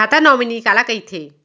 खाता नॉमिनी काला कइथे?